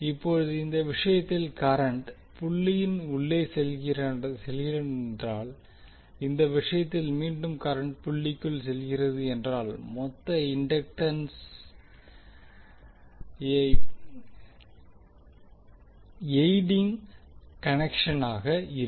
இப்போது இந்த விஷயத்தில் கரண்ட் புள்ளியின் உள்ளே செல்கிறதென்றால் இந்த விஷயத்தில் மீண்டும் கரண்ட் புள்ளிக்குள் செல்கிறது என்றால் மொத்த இன்டக்டன்ஸ் யைடிங் கனெக்க்ஷனாக இருக்கும்